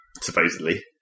Supposedly